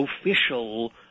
official